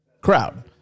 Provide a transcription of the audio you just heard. crowd